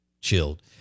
chilled